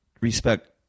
respect